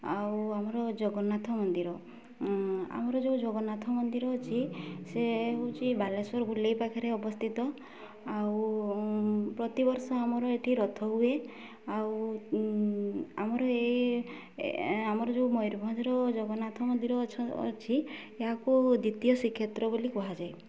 ଆଉ ଆମର ଜଗନ୍ନାଥ ମନ୍ଦିର ଆମର ଯେଉଁ ଜଗନ୍ନାଥ ମନ୍ଦିର ଅଛି ସେ ହେଉଛି ବାଲେଶ୍ୱର ଗୋଲେଇ ପାଖରେ ଅବସ୍ଥିତ ଆଉ ପ୍ରତିବର୍ଷ ଆମର ଏଠି ରଥ ହୁଏ ଆଉ ଆମର ଆମର ଯେଉଁ ମୟୂରଭଞ୍ଜର ଜଗନ୍ନାଥ ମନ୍ଦିର ଅଛି ଏହାକୁ ଦ୍ୱିତୀୟ ଶ୍ରୀକ୍ଷେତ୍ର ବୋଲି କୁହାଯାଏ